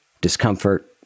discomfort